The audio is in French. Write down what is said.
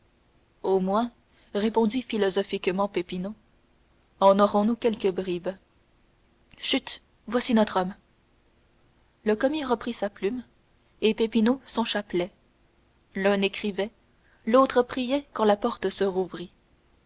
au moins répondit philosophiquement peppino en aurons-nous quelques bribes chut voici notre homme le commis reprit sa plume et peppino son chapelet l'un écrivait l'autre priait quand la porte se rouvrit